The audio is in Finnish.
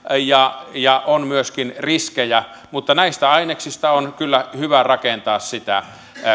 ja ja on myöskin riskejä mutta näistä aineksista on kyllä hyvä rakentaa sitä